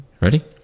Ready